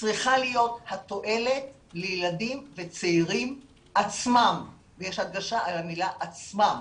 צריך להיות התועלת לילדים וצעירים עצמם יש הדגשה על המילה עצמם